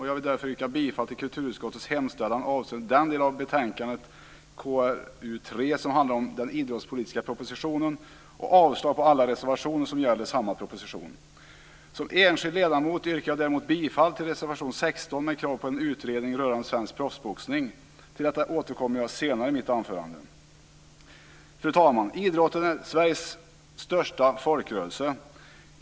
Jag vill därför yrka bifall till kulturutskottets hemställan avseende den del av betänkande Som enskild ledamot yrkar jag däremot bifall till reservation 16 med krav på en utredning rörande svensk proffsboxning. Till detta återkommer jag senare i mitt anförande. Fru talman! Idrotten är Sveriges största folkrörelse.